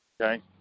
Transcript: Okay